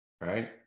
Right